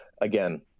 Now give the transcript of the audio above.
again